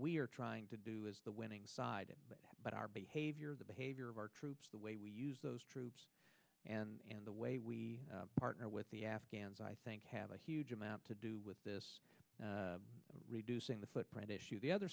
we are trying to do is the winning side but our behavior the behavior of troops the way we use those troops and the way we partner with the afghans i think have a huge amount to do with this reducing the footprint issue the other